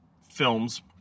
films